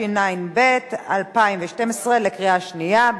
התשע"ב 2012, בקריאה שנייה.